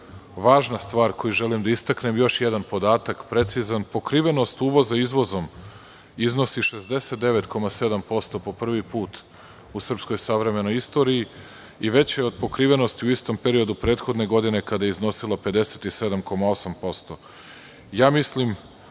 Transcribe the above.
važna stvar koju želim da istaknem, još jedan podatak precizan, pokrivenost uvoza izvozom iznosi 69,7% po prvi put u srpskoj savremenoj istoriji i veća je od pokrivenosti u istom periodu prethodne godine kada je iznosila 57,8%.Mislim